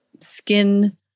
skin